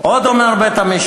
עוד אומר בית-המשפט,